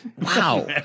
Wow